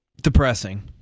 Depressing